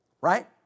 Right